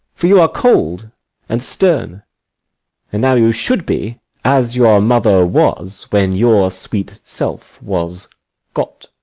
for you are cold and stern and now you should be as your mother was when your sweet self was got.